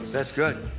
that's good.